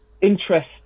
interest